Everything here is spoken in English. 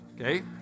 okay